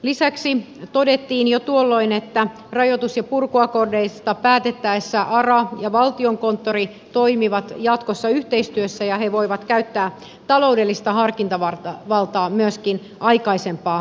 lisäksi todettiin jo tuolloin että rajoitus ja purkuakordeista päätettäessä ara ja valtiokonttori toimivat jatkossa yhteistyössä ja ne voivat käyttää taloudellista harkintavaltaa myöskin aikaisempaa vapaammin